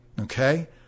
Okay